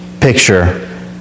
picture